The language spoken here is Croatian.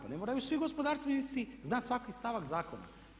Pa ne moraju svi gospodarstvenici znati svaki stavak zakona.